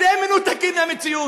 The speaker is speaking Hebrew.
אתם מנותקים מהמציאות.